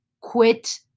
quit